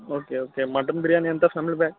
okay okay mutton biryani ఎంత family pack